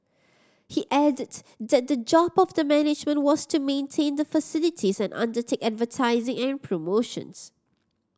he added that the job of the management was to maintain the facilities and undertake advertising and promotions